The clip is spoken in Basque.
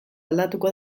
aldatuko